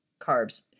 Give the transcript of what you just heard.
carbs